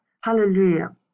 Hallelujah